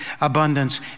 abundance